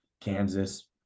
Kansas